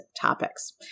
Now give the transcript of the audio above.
topics